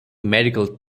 medical